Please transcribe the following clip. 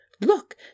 look